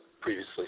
previously